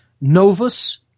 novus